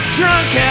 drunk